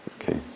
Okay